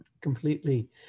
completely